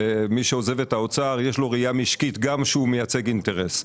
מי שעוזב את האוצר יש לו ראייה משקית גם כשהוא מייצג אינטרס.